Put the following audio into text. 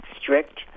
strict